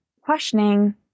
questioning